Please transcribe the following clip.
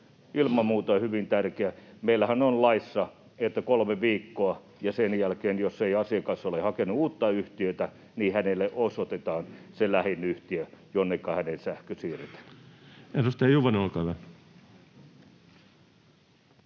ilman muuta hyvin tärkeää. Meillähän on laissa, että kolmen viikon jälkeen, jos ei asiakas ole hakenut uutta yhtiötä, hänelle osoitetaan se lähin yhtiö, jonneka hänen sähkönsä siirretään. [Speech 14] Speaker: